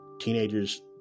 teenagers